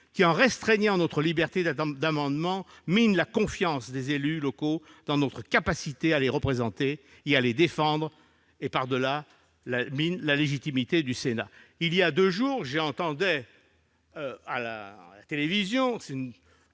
qui, en restreignant notre liberté d'amendement, minent la confiance des élus locaux dans notre capacité à les représenter et à les défendre et, par-delà, minent la légitimité du Sénat. Lors d'un entretien diffusé à la télévision il y